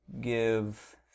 give